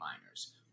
miners